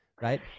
Right